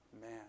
man